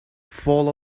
full